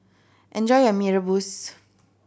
enjoy your Mee Rebus